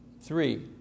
Three